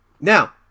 Now